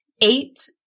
Eight